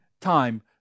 time